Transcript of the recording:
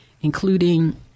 including